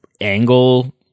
angle